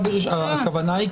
אבל הכוונה היא,